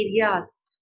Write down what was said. areas